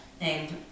Named